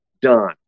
done